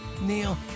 Neil